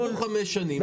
עברו חמש שנים.